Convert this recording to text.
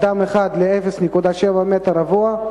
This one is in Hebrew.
אדם אחד ל-0.7 מטר רבוע,